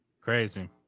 Crazy